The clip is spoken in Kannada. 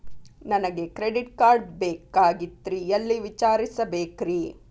ನನಗೆ ಕ್ರೆಡಿಟ್ ಕಾರ್ಡ್ ಬೇಕಾಗಿತ್ರಿ ಎಲ್ಲಿ ವಿಚಾರಿಸಬೇಕ್ರಿ?